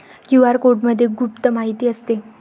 QR कोडमध्ये गुप्त माहिती असते